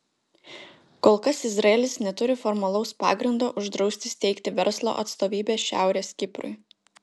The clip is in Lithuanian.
kol kas izraelis neturi formalaus pagrindo uždrausti steigti verslo atstovybę šiaurės kiprui